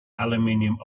aluminium